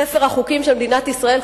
ספר החוקים של מדינת ישראל,